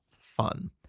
fun